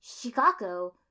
Chicago